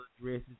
dresses